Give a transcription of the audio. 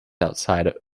outside